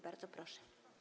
Bardzo proszę.